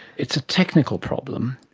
it's a technical problem.